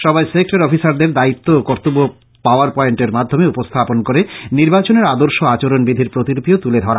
সভায় সেক্টর অফিসারদের দায়িত্ব ও কর্তব্য পাওয়ার পয়েন্ট এর মাধ্যমে উপস্থাপনা করে নির্বাচনের আদর্শ আচরনবিধির প্রতিলিপি ও তুলে দেওয়া হয়